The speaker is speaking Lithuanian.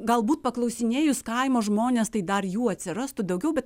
galbūt paklausinėjus kaimo žmones tai dar jų atsirastų daugiau bet